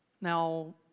now